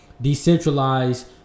decentralized